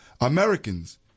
Americans